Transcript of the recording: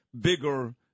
bigger